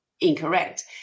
incorrect